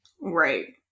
Right